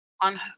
on